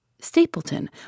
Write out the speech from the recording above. Stapleton